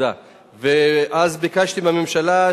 אז ביקשתי מהממשלה,